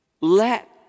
let